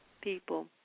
people